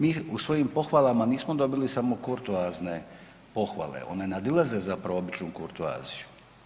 Mi u svojim pohvala nismo dobili samo kurtoazne pohvale one nadilaze zapravo običnu kurtoaziju.